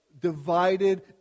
divided